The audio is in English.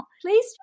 please